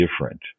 different